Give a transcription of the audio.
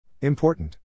Important